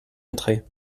entrait